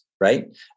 right